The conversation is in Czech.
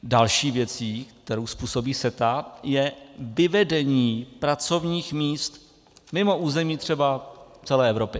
Další věcí, kterou způsobuje CETA, je vyvedení pracovních míst mimo území třeba celé Evropy.